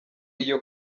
iyo